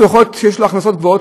יכול להיות שיש לו הכנסות גבוהות,